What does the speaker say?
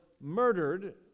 murdered